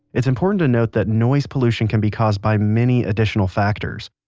it's important to note that noise pollution can be caused by many additional factors.